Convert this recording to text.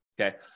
okay